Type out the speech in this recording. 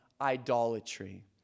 idolatry